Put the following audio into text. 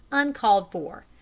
uncalled for.